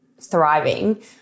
thriving